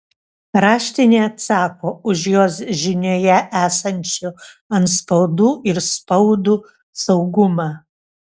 raštinė atsako už jos žinioje esančių antspaudų ir spaudų saugumą